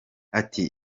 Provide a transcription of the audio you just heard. ati